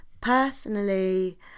personally